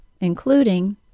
including